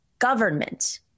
Government